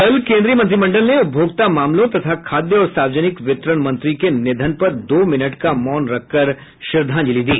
कल केन्द्रीय मंत्रिमंडल ने उपभोक्ता मामलों तथा खाद्य और सार्वजनिक वितरण मंत्री के निधन पर दो मिनट का मौन रखकर श्रद्वांजलि दी